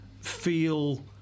feel